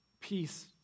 peace